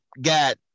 got